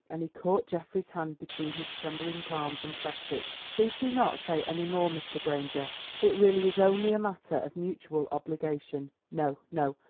and he caught geoffrey's hand between his trembling palms and pressed it. please do not say any more, mr. granger it really is only a matter of mutual obligation. no, no,